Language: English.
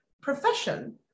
profession